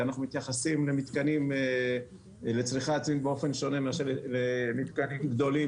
ואנחנו מתייחסים למתקנים לצריכה עצמית באופן שונה מאשר למתקנים גדולים,